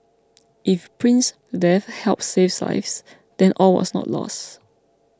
if Prince's death helps save lives then all was not lost